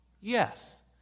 Yes